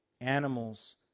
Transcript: animals